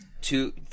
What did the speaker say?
two